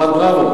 במקום,